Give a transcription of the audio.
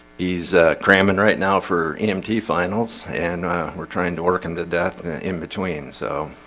he's cramming right now for emt finals, and we're trying to work in the death in between so